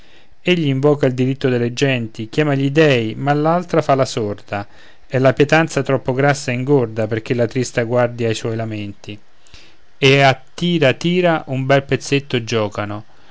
ranocchi egli invoca il diritto delle genti chiama gli dèi ma l'altra fa la sorda è la pietanza troppo grassa e ingorda perché la trista guardi a suoi lamenti e a tira tira un bel pezzetto giocano